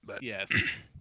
Yes